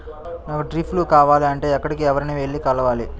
నాకు డ్రిప్లు కావాలి అంటే ఎక్కడికి, ఎవరిని వెళ్లి కలవాలి?